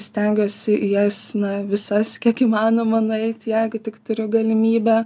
stengiuosi į jas na visas kiek įmanoma nueit jeigu tik turiu galimybę